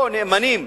או נאמנים